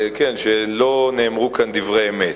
שלא נאמרו כאן דברי אמת.